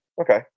Okay